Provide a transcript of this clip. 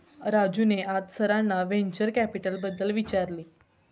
राजूने आज सरांना व्हेंचर कॅपिटलबद्दल विचारले